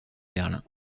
berlin